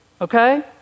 okay